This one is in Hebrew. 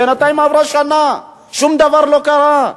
בינתיים עברה שנה, שום דבר לא קרה.